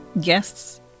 guests